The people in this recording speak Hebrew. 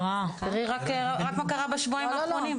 לראות התפלגות של מספר העבירות בתיקים האלה שאנחנו בדקנו.